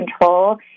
Control